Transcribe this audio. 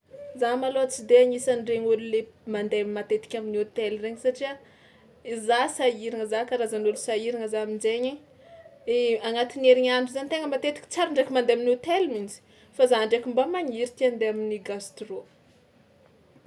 Za malôha tsy de anisan'iregny ôlo le mandeha matetika amin'ny hôtel regny satria za sahiragna za karazan'ôlo sahiragna za amin-jaigny agnatin'ny herignandro zany tegna matetika tsary ndraiky mandeha amin'ny hôtel mihitsy fa za ndraiky mba magniry tia andeha amin'ny gastro.